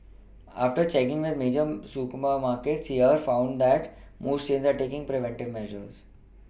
after check with major super ma markets here found that most chains are taking preventive measures